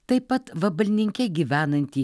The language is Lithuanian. taip pat vabalninke gyvenantį